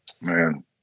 Man